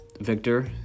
Victor